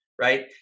right